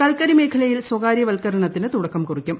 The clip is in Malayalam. കൽക്കരിമേഖലയിൽ സ്വകാര്യ വൽക്കരണത്തിന് തുടക്കം കുറിക്കും